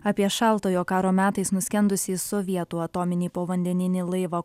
apie šaltojo karo metais nuskendusį sovietų atominį povandeninį laivą